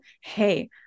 Hey